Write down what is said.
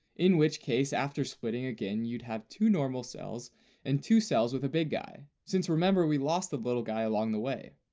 in which case after splitting again you'd have two normal cells and two cells with a big guy, since we lost the little guy along the way.